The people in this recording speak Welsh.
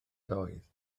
doedd